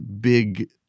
big